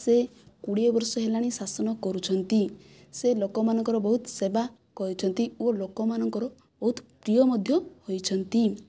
ସେ କୋଡ଼ିଏ ବର୍ଷ ହେଲାଣି ଶାସନ କରୁଛନ୍ତି ସେ ଲୋକମାନଙ୍କର ବହୁତ ସେବା କରିଛନ୍ତି ଓ ଲୋକମାଙ୍କର ବହୁତ ପ୍ରିୟ ମଧ୍ୟ ହୋଇଛନ୍ତି